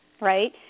right